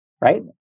Right